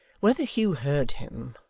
whether hugh heard him,